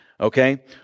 okay